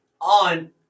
on